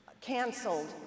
canceled